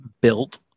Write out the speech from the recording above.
built